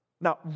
Now